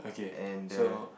and the